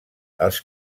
els